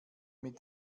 mit